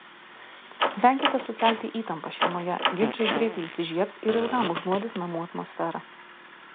venkite sukelti įtampą šeimoje ginčai greitai įsižiebs ir ilgam užnuodys namų atmosferą